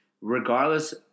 Regardless